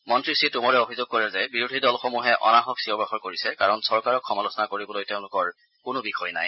মন্তী শ্ৰীটোমৰে অভিযোগ কৰে যে বিৰোধী দলসমূহে অনাহক চিঞৰ বাখৰ কৰিছে কাৰণ চৰকাৰক সমালোচনা কৰিবলৈ তেওঁলোকৰ কোনো বিষয় নাই